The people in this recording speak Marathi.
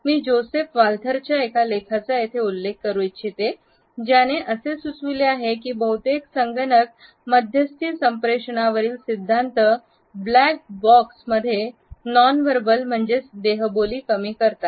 मी जोसेफ वाल्थरच्या एका लेखाचा येथे हे उल्लेख करू इच्छितो ज्याने असे सुचविले आहे की बहुतेक संगणक मध्यस्थी संप्रेषणावरील सिद्धांत ब्लॅक बॉक्स मध्ये नॉनव्हेर्बल म्हणजेच देहबोली कमी करतात